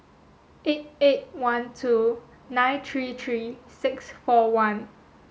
eight eight one two nine three three six four one